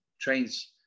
trains